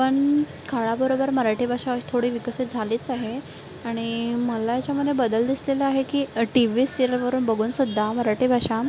पण काळाबरोबर मराठी भाषा थोडी विकसित झालीच आहे आणि मला याच्यामध्ये बदल दिसलेला आहे की टी व्ही सिरीयलवरून बघूनसुद्धा मराठी भाषा